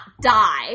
die